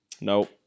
No